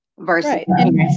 Versus